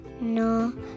No